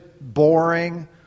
boring